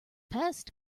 best